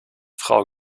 frau